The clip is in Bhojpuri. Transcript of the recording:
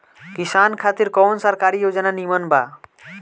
किसान खातिर कवन सरकारी योजना नीमन बा?